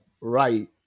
right